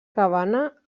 cabana